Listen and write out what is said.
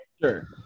Sure